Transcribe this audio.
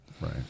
Right